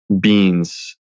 beans